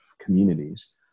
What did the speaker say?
communities